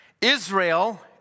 Israel